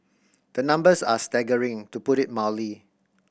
the numbers are staggering to put it mildly